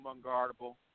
Unguardable